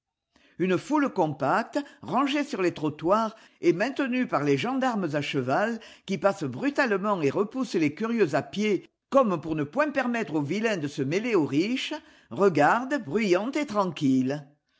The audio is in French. une foule compacte rangée sur les trottoirs et maintenue par les gendarmes à cheval qui passent brutalement et repoussent les curieux à pied comme pour ne point permettre aux vilains de se mêler aux riches regarde bruyante et tranquille